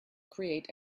create